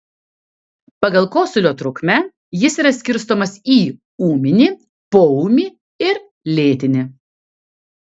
pagal kosulio trukmę jis yra skirstomas į ūminį poūmį ir lėtinį